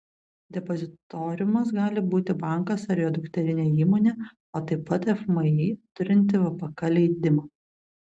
depozitoriumas gali būti bankas ar jo dukterinė įmonė o taip pat fmį turinti vpk leidimą